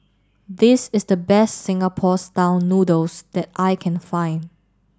this is the best Singapore style noodles that I can find